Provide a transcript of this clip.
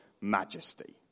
majesty